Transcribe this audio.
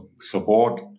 support